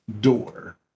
door